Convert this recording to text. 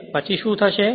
તે પછી શું થશે